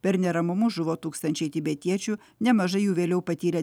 per neramumus žuvo tūkstančiai tibetiečių nemažai jų vėliau patyrė